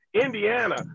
Indiana